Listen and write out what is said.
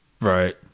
Right